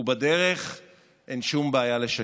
ובדרך אין שום בעיה לשקר,